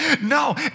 No